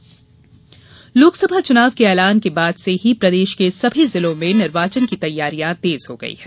चुनाव तैयारी लोकसभा चुनाव के ऐलान के बाद से ही प्रदेश के सभी जिलों में निर्वाचन की तैयारियां तेज हो गयी है